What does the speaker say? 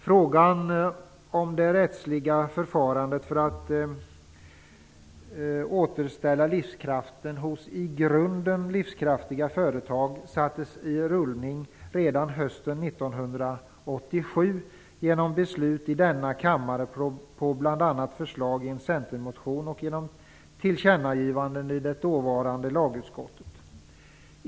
Frågan om det rättsliga förfarandet när det gäller att återställa livskraften hos i grunden livskraftiga företag sattes i rullning redan hösten 1987. Det skedde genom beslut i denna kammare bl.a. till en följd av förslag i en centermotion och som ett resultat av ett tillkännagivande i det dåvarande lagutskottet.